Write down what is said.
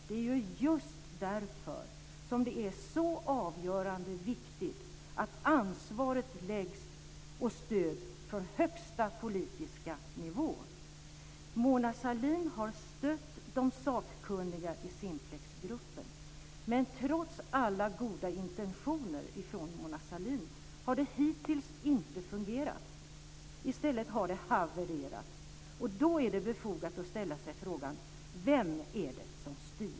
Det är ju just därför som det är så avgörande viktigt att ansvaret läggs och stöds på högsta politiska nivå. Mona Sahlin har stött de sakkunniga i Simplexgruppen, men trots alla goda intentioner från Mona Sahlin har det hittills inte fungerat. I stället har det havererat. Då är det befogat att ställa sig frågan: Vem är det som styr?